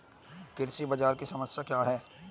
कृषि बाजार की समस्या क्या है?